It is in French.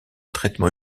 traitement